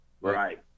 right